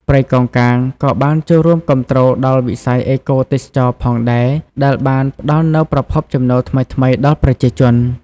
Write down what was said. ព្រៃកោងកាងក៏បានចូលរួមគាំទ្រដល់វិស័យអេកូទេសចរណ៍ផងដែរ ដែលបានផ្តល់នូវប្រភពចំណូលថ្មីៗដល់ប្រជាជន។